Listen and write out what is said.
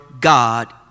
God